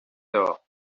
door